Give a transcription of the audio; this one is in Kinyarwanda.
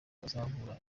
bazahura